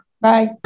Bye